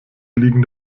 liegen